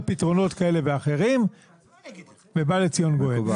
פתרונות כאלה ואחרים ובא לציון גואל.